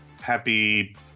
happy